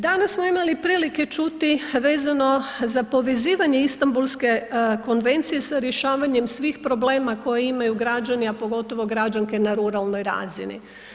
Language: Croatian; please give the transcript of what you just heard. Danas smo imali prilike čuti vezano za povezivanje Istanbulske konvencije s rješavanjem svih problema koje imaju građani a pogotovo građanke na ruralnoj razini.